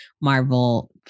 Marvel